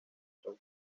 show